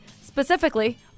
specifically